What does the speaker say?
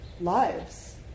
lives